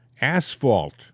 asphalt